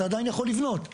אז עדיין יכול לבנות.